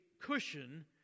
cushion